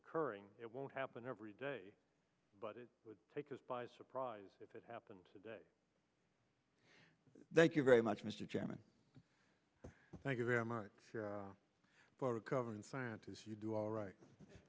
occurring it won't happen every day but it would take us by surprise if it happened today thank you very much mr chairman thank you very much for recovering scientists you do all right